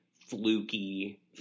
fluky